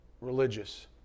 religious